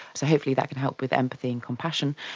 so hopefully that can help with empathy and compassion.